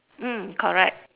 mm correct